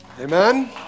Amen